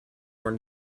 were